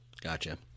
Gotcha